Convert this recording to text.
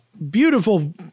Beautiful